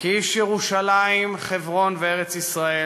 כאיש ירושלים, חברון וארץ-ישראל,